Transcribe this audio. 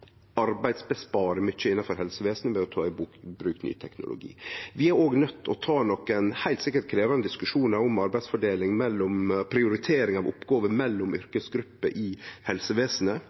mykje innanfor helsevesenet ved å ta i bruk ny teknologi. Vi er også nøydde til å ta nokre heilt sikkert krevjande diskusjonar om arbeidsfordeling og prioritering av oppgåver mellom yrkesgrupper i helsevesenet